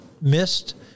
missed